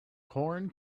corn